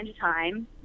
time